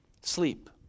Sleep